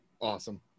Awesome